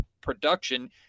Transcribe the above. production